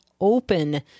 open